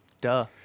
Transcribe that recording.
Duh